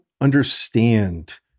understand